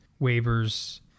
waivers